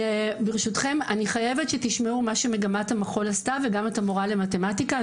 ברשותכם אני חייבת שתשמעו מה שמגמת המחול עשתה וגם את המורה למתמטיקה,